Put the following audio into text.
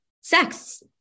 sex